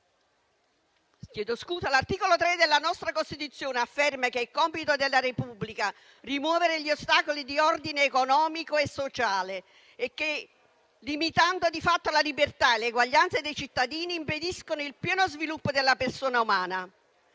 L'articolo 3 della nostra Costituzione afferma che è compito della Repubblica rimuovere gli ostacoli di ordine economico e sociale che, limitando di fatto la libertà e l'eguaglianza dei cittadini, impediscono il pieno sviluppo della persona umana.